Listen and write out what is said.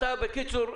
בקיצור,